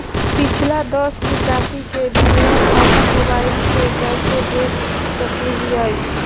पिछला दस निकासी के विवरण अपन मोबाईल पे कैसे देख सके हियई?